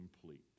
complete